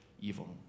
evil